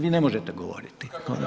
Vi ne možete govoriti.